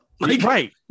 right